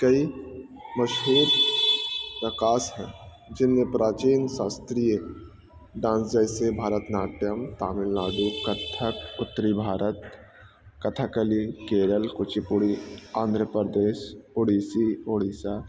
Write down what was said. کئی مشہور رقاص ہیں جن میں پراچین شاستریہ ڈانس جیسے بھارت ناٹیم تامل ناڈو کتھک اتری بھارت کتھکلی کیرل کوچی پوڑی آندھرا پردیس اڑیسی اڑیسہ